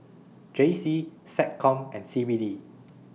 J C Seccom and C B D